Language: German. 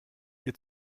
ihr